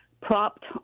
propped